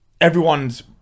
everyone's